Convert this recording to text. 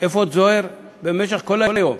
אפוד זוהר במשך כל היום.